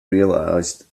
realized